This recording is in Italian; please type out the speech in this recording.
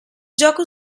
gioco